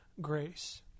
grace